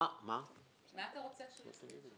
מה אתה רוצה שהוא יסביר?